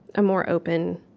a more open,